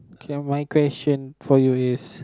okay my question for you is